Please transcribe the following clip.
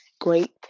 great